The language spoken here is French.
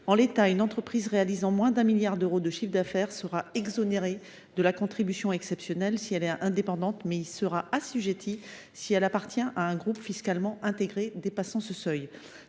En l’état, une entreprise réalisant moins de 1 milliard d’euros de chiffre d’affaires sera exonérée de la contribution exceptionnelle si elle est indépendante, mais elle y sera assujettie si elle appartient à un groupe fiscalement intégré dépassant ce seuil.